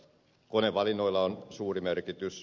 konevalinnoilla on suuri merkitys